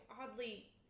oddly